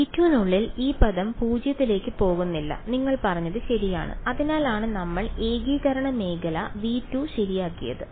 V2 നുള്ളിൽ ഈ പദം 0 ലേക്ക് പോകുന്നില്ല നിങ്ങൾ പറഞ്ഞത് ശരിയാണ് അതിനാലാണ് നമ്മൾ ഏകീകരണ മേഖല V2 ശരിയാക്കിയത്